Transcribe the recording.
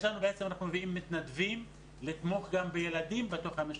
אנחנו גם מביאים מתנדבים לתמוך בילדים בתוך המשפחה,